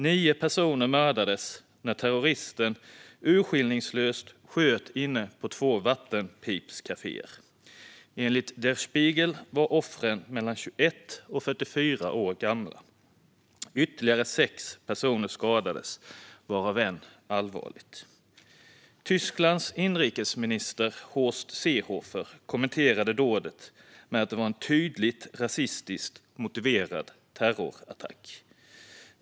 Nio personer mördades när terroristen urskillningslöst sköt inne på två vattenpipekaféer. Enligt Der Spiegel var offren mellan 21 och 44 år gamla. Ytterligare sex personer skadades, varav en allvarligt. Tysklands inrikesminister Horst Seehofer kommenterade dådet med att det var en tydligt rasistisk motiverad terrorattack.